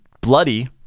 bloody